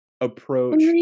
approach